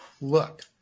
look